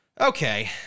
okay